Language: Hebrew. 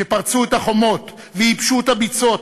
שפרצו את החומות וייבשו את הביצות,